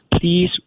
Please